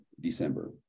December